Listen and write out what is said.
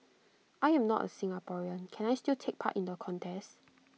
I am not A Singaporean can I still take part in the contest